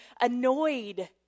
annoyed